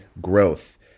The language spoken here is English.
growth